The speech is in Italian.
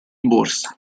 borsa